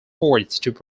wholesome